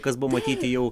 kas buvo matyti jau